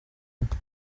inka